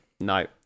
no